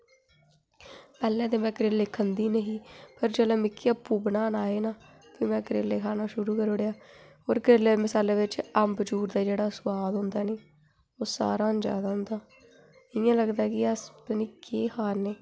पैह्लें ते में करेले खंदी निं ही पर जेल्लै मिगी आपूं बनाना आए ना ते में करेले बनाना शुरू करी ओड़ेआ ते करेलें दे बिच जेह्ड़ा अम्ब चूर दा जेह्ड़ा सोआद होंदा ना ओह् सारां हा जैदा होंदा इ'यै लगदा कि पता निं अस केह् खा दे